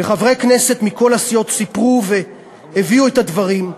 וחברי הכנסת מכל הסיעות סיפרו והביאו את הדברים,